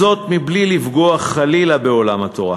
בלי לפגוע חלילה בעולם התורה.